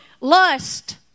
lust